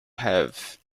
have